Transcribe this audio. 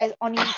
on